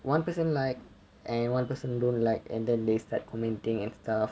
one person like and one person don't like and then they start commenting and stuff